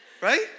Right